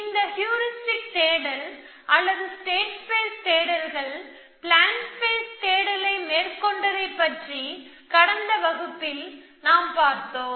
இந்த ஹியூரிஸ்டிக் தேடல் அல்லது ஸ்டேட் ஸ்பேஸ் தேடல்கள் பிளான் ஸ்பேஸ் தேடலை மேற்கொண்டதை பற்றி கடந்த வகுப்பில் நாம் பார்த்தோம்